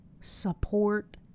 support